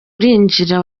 urinjira